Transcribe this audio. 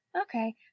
Okay